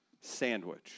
sandwich